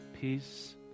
peace